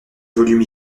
volumes